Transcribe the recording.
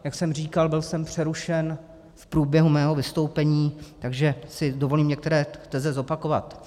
Jak jsem říkal, byl jsem přerušen v průběhu svého vystoupení, takže si dovolím některé teze zopakovat.